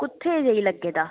कुत्थै जेही लग्गेदा